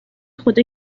خدا